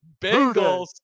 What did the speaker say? Bengals